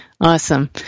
Awesome